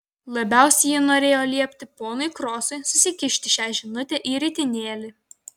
labiausiai ji norėjo liepti ponui krosui susikišti šią žinutę į ritinėlį